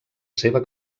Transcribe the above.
seva